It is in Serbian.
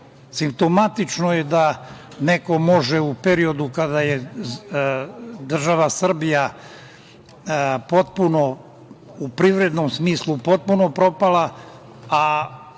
periodu. Simptomatično je da neko može u periodu kada je država Srbija potpuno u privrednom smislu potpuno propada,